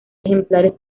ejemplares